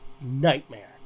nightmare